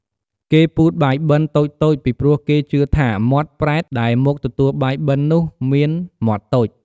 គេពូតបាយបិណ្ឌតូចៗ ពីព្រោះគេជឿថាមាត់ប្រេតដែលមកទទួលបាយបិណ្ឌនោះមានមាត់តូច។